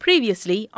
Previously